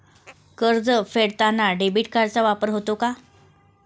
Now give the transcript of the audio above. कर्ज फेडताना डेबिट कार्डचा वापर होतो का?